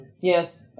Yes